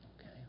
okay